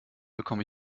bekomme